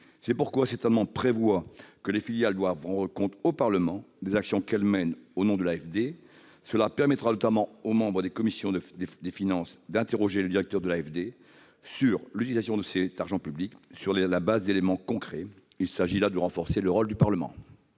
par cet amendement, que les filiales rendent compte au Parlement des actions qu'elles mènent au nom de l'AFD. Cela permettra notamment aux membres des commissions des finances d'interroger le directeur de l'AFD sur l'utilisation de cet argent public sur la base d'éléments concrets. Il s'agit là de renforcer le rôle du Parlement.